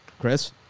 Chris